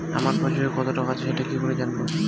আমার পাসবইয়ে কত টাকা আছে সেটা কি করে জানবো?